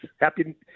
Happy